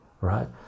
right